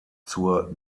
zur